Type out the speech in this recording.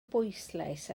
bwyslais